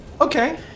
Okay